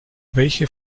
welche